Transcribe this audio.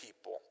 people